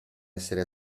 essere